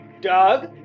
Doug